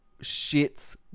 shit's